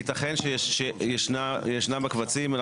ייתכן שישנם בקבצים,